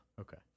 Okay